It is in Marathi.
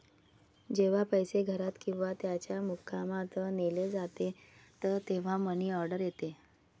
जेव्हा पैसे घरात किंवा त्याच्या मुक्कामात नेले जातात तेव्हा मनी ऑर्डर येते